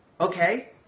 Okay